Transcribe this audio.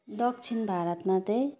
दक्षिण भारतमा चाहिँ